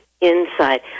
inside